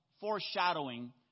foreshadowing